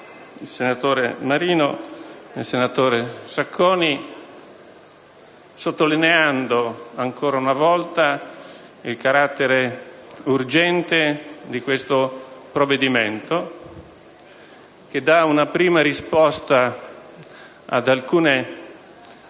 senatori Marino Mauro Maria e Sacconi, sottolineando ancora una volta il carattere urgente di questo provvedimento che dà una prima risposta ad alcune caratteristiche